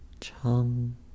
Chum